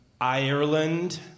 Ireland